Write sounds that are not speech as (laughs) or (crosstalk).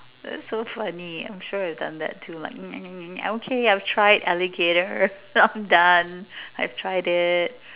that's so funny I'm sure I've done that too like (noise) ah okay I've tried alligator (laughs) I'm done I've tried it